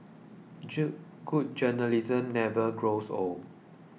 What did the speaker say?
good journalism never grows old